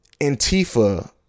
Antifa